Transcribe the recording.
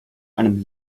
einem